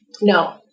No